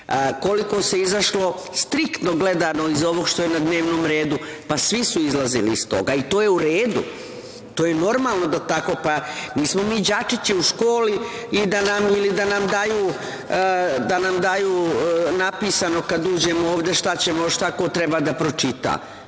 govore. Koliko se izašlo, striktno iz ovog što je na dnevnom redu. Pa, svi su izlazili iz toga. I, to je u redu. To je normalno da bude tako. Nismo mi đačići u školi ili da nam daju napisano kad uđemo ovde šta ko treba da pročita.